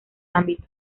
ámbito